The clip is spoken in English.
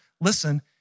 listen